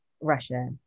Russia